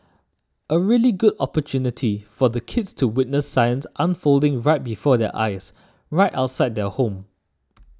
a really good opportunity for the kids to witness science unfolding right before their eyes right outside their home